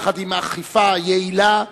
יחד עם האכיפה היעילה,